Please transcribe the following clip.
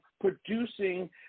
producing